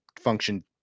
function